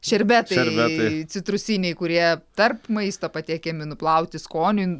šerbetai citrusiniai kurie tarp maisto patiekiami nuplauti skoniui